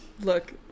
look